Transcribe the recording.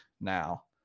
now